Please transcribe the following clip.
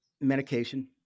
Medication